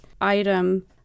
item